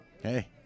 Hey